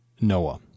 Noah